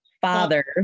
father